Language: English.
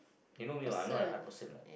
you know me what I'm not an art person what